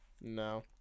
No